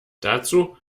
dazu